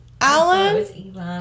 Alan